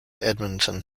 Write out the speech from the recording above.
edmonton